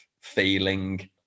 feeling